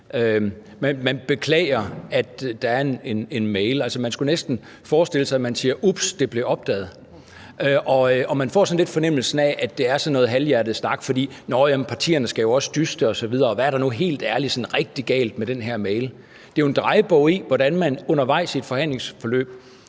Man beklager, at der er en mail. Man kunne næsten forestille sig, at der blev sagt: Ups! Det blev opdaget. Og man får sådan lidt fornemmelsen af, at det er sådan noget halvhjertet snak om, at nå jamen partierne skal jo også dyste osv., og hvad er der nu helt ærligt sådan rigtig galt med den her mail? Det er jo en drejebog i, hvordan man undervejs i et forhandlingsforløb